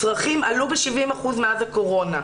והצרכים עלו ב-70% מאז הקורונה.